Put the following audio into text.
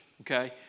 Okay